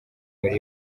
muri